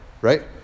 Right